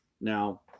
Now